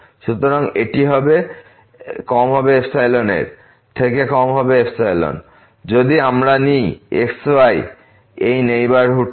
সুতরাং এটি এখানে কম হবে এর থেকে কম হবে যদি আমরা নিই x y এই নেইবারহুড থেকে